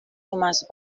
tomàs